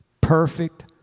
Perfect